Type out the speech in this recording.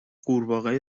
غورباغه